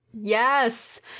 Yes